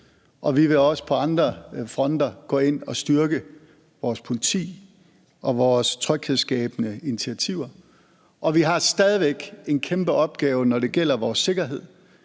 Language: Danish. og vi vil også på andre fronter gå ind og styrke vores politi og vores tryghedsskabende initiativer. Vi har stadig væk en kæmpe opgave, når det gælder vores sikkerhed.